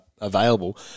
available